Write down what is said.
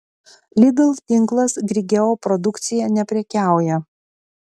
lidl tinklas grigeo produkcija neprekiauja